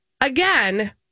again